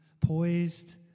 poised